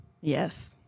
Yes